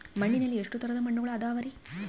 ಮಣ್ಣಿನಲ್ಲಿ ಎಷ್ಟು ತರದ ಮಣ್ಣುಗಳ ಅದವರಿ?